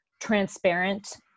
transparent